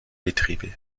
betriebe